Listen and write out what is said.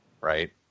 right